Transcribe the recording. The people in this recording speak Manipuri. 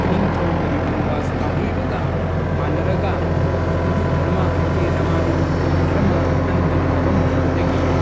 ꯏꯅꯤꯡꯊꯧ ꯒꯔꯤꯕꯅꯤꯋꯥꯁ ꯄꯥꯝꯍꯩꯕꯒ ꯃꯥꯟꯅꯔꯒ ꯍꯤꯟꯗꯨ ꯙꯔꯃ ꯍꯥꯏꯕꯗꯤ ꯔꯥꯃꯥꯅꯤꯟꯗꯤ ꯙꯔꯃ ꯅꯝꯗꯨꯅ ꯂꯧꯍꯟꯈꯤꯕꯗꯒꯤ